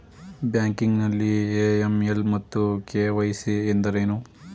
Banking ನಲ್ಲಿ AML ಮತ್ತು KYC ಎಂದರೇನು?